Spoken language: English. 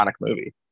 movie